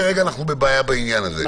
כרגע אנחנו בבעיה בעניין הזה.